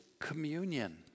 communion